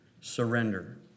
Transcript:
surrender